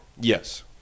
Yes